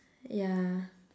ya